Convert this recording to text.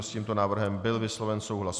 S tímto návrhem byl vysloven souhlas.